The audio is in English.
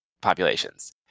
populations